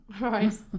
right